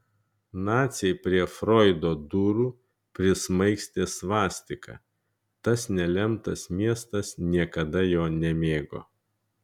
naciai prie froido durų prismaigstė svastiką tas nelemtas miestas niekada jo nemėgo